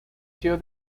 sido